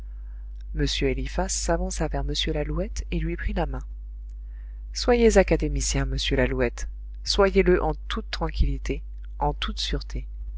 m eliphas s'avança vers m lalouette et lui prit la main soyez académicien monsieur lalouette soyez-le en toute tranquillité en toute sûreté